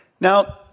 Now